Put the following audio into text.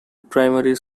primary